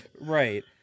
Right